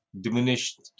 diminished